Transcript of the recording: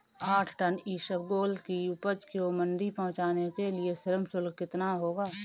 आठ टन इसबगोल की उपज को मंडी पहुंचाने के लिए श्रम शुल्क कितना होगा?